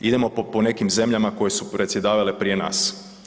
Idemo po nekim zemljama koje su predsjedavale prije nas.